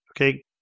Okay